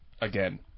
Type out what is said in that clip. Again